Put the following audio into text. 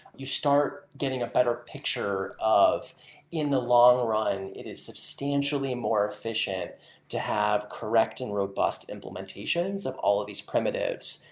you start getting a better picture of in the long run, it is substantially more efficient to have correcting robust implementations of all of these primitives,